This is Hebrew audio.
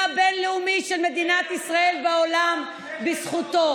הבין-לאומי של מדינת ישראל בעולם בזכותו.